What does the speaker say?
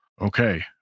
okay